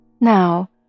Now